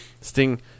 Sting